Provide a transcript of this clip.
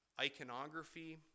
iconography